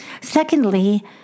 Secondly